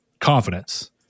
confidence